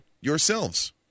yourselves